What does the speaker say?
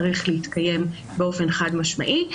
זה צריך להתקיים באופן חד-משמעי.